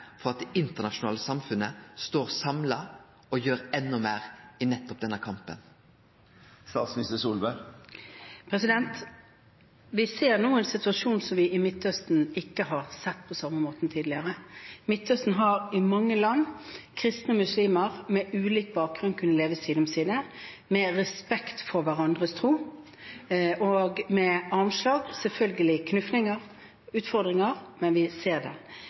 for at det internasjonale samfunnet står samla, og gjere enda meir i nettopp denne kampen. Vi ser nå en situasjon i Midtøsten som vi ikke på samme måte har sett tidligere. I mange land i Midtøsten har kristne og muslimer med ulik bakgrunn kunnet leve side om side, med respekt for hverandres tro og med armslag – selvfølgelig med knuffing og utfordringer, men vi har sett det.